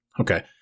okay